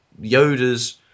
Yoda's